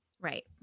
right